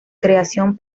creación